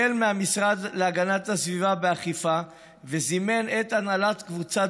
החל המשרד להגנת הסביבה באכיפה וזימן את הנהלת קבוצת